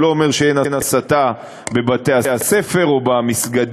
זה לא אומר שאין הסתה בבתי-הספר או במסגדים,